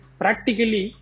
practically